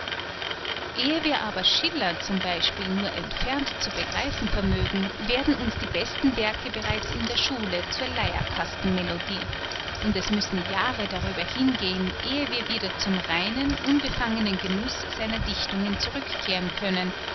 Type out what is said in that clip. ehe wir aber schiller z b nur entfernt zu begreifen vermögen werden uns die besten werke bereits in der schule zur leierkastenmelodie und es müssen jahre darüber hingehen ehe wir wieder zum reinen unbefangenen genuß seiner dichtungen zurückkehren können